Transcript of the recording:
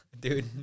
dude